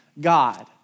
God